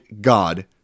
God